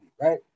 right